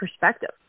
perspective